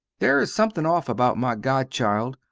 there is something off about my godchild,